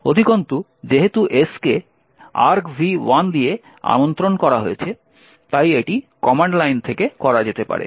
অধিকন্তু যেহেতু S কে argv1 দিয়ে আমন্ত্রণ করা হয়েছে তাই এটি কমান্ড লাইন থেকে করা যেতে পারে